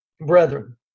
brethren